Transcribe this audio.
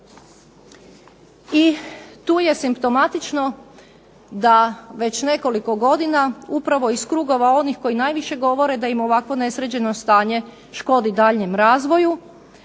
I tu je simptomatično da već nekoliko godina upravo iz krugova onih koji najviše govore da im ovakvo nesređeno stanje škodi daljnjem razvoju,